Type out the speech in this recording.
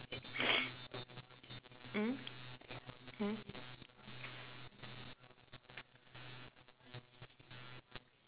mm